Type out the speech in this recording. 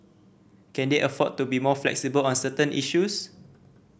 can they afford to be more flexible on certain issues